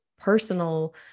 personal